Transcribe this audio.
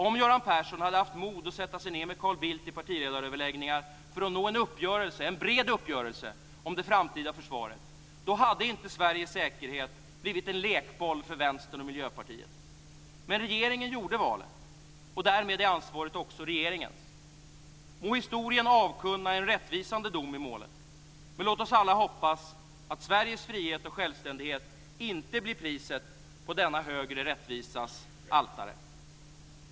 Om Göran Persson hade haft mod att sätta sig ned med Carl Bildt i partiledaröverläggningar för att nå en bred uppgörelse om det framtida försvaret hade inte Sveriges säkerhet blivit en lekboll för Vänstern och Miljöpartiet. Men regeringen gjorde valet, och därmed är ansvaret också regeringens. Må historien avkunna en rättvisande dom i målet, men låt oss alla hoppas att Sveriges frihet och självständighet inte blir priset på denna högre rättvisas altare.